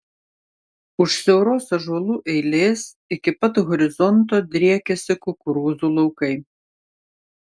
už siauros ąžuolų eilės iki pat horizonto driekiasi kukurūzų laukai